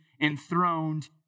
enthroned